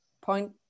point